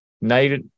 night